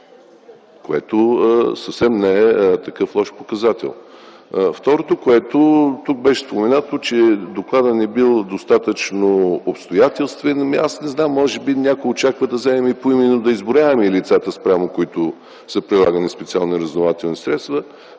което съвсем не е такъв лош показател. Второ, тук беше споменато, че докладът не бил достатъчно обстоятелствен. Аз не знам, може би някой очаква поименно да изброяваме лицата, спрямо които са прилагани специални разузнавателни средства.